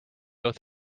oath